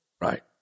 Right